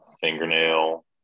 fingernail